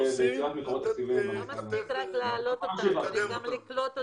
לא מספיק רק להעלות אותם אלא גם לקלוט אותם.